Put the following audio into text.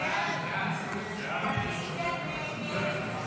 הסתייגות 44 לא נתקבלה.